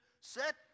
set